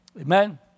Amen